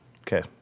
Okay